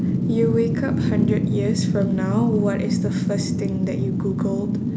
you wake up hundred years from now what is the first thing that you googled